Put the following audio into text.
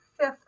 fifth